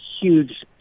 huge